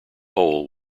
hole